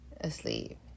asleep